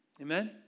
Amen